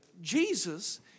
Jesus